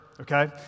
Okay